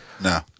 no